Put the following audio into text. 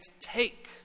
take